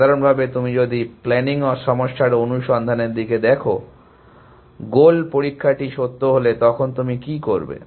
সাধারণভাবে তুমি যদি প্ল্যানিং সমস্যায় অনুসন্ধানের দিকে দেখো গোল পরীক্ষাটি সত্য হলে তখন তুমি কী করবে